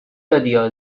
دادیا